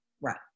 Right